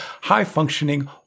high-functioning